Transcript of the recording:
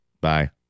Bye